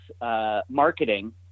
marketing